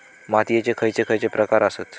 मातीयेचे खैचे खैचे प्रकार आसत?